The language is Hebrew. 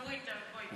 נורית, בואי.